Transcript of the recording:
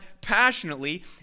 passionately